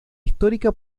histórica